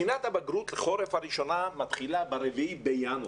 בחינת בגרות החורף הראשונה מתחילה ב-4 בינואר.